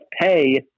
pay